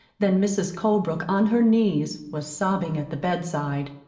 then mrs. colebrook, on her knees, was sobbing at the bedside.